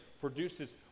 produces